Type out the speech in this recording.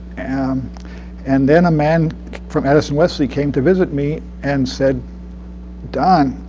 um and then a man from addison-wesley came to visit me and said don,